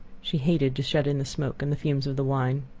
she hated to shut in the smoke and the fumes of the wine.